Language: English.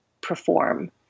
perform